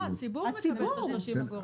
הציבור מקבל את ה-30 אגורות.